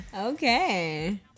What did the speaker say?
Okay